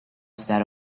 sat